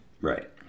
Right